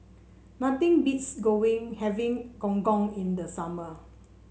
nothing beats going having Gong Gong in the summer